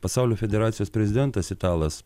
pasaulio federacijos prezidentas italas